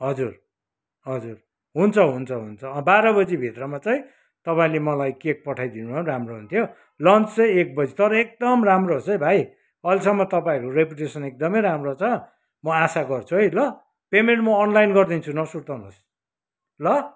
हजुर हजुर हुन्छ हुन्छ हुन्छ अँ बाह्र बजीभित्रमा चाहिँ तपाईँहरूले मलाई केक पठाइदिनु भए राम्रो हुन्थ्यो लन्च चाहिँ एक बजी तर एकदम राम्रो होस् है भाइ अहिलेसम्म तपाईँहरूको रेपुटेसन एकदमै राम्रो छ म आशा गर्छु है ल पेमेन्ट म अनलाइन गरिदिन्छु नसुर्ताउनुहोस् ल